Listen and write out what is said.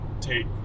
take